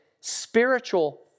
spiritual